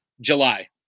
July